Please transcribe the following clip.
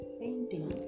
painting